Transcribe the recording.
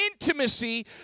intimacy